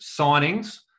signings